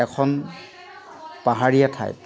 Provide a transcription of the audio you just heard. এখন পাহাৰীয়া ঠাইত